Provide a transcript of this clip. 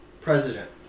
president